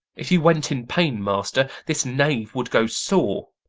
if you went in pain, master, this knave would go sore.